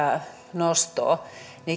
nostoa